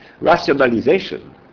rationalization